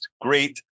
great